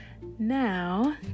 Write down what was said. Now